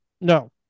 No